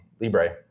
Libre